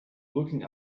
looking